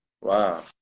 Wow